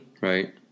right